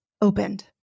opened